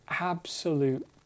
absolute